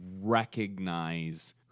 recognize